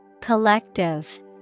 Collective